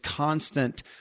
constant